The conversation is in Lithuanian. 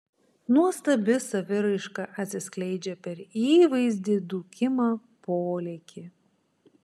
nuostabi saviraiška atsiskleidžia per įvaizdį dūkimą polėkį